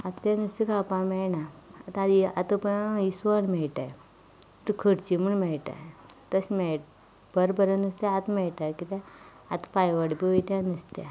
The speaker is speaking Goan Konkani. आतां तें नुस्तें खावपाक मेळना आतां आत आतां पळय आं इसवण मेळटा खर्ची म्हूण मेळटा तशें मेळ बरें बरें नुस्तें आतां मेळटा कित्याक आतां पांयवडें बी वयता नुस्त्याक